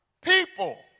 people